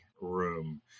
room